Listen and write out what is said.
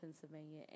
Pennsylvania